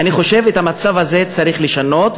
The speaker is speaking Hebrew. אני חושב שאת המצב הזה צריך לשנות.